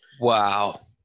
Wow